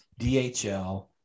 DHL